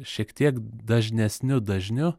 šiek tiek dažnesniu dažniu